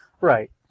right